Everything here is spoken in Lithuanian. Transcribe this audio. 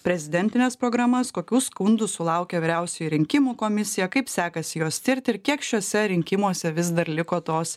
prezidentines programas kokių skundų sulaukia vyriausioji rinkimų komisija kaip sekasi juos tirti ir kiek šiuose rinkimuose vis dar liko tos